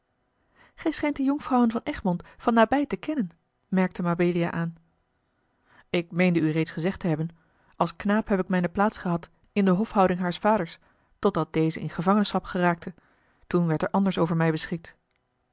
gij schijnt die jonkvrouwen van egmond van nabij te kennen merkt mabelia aan ik meende u reeds gezegd te hebben als knaap heb ik mijne plaats gehad in de hof houding haars vaders totdat deze in gevangenschap geraakte toen werd er anders over mij beschikt